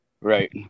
Right